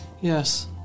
yes